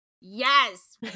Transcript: yes